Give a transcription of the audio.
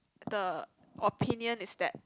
the opinion is that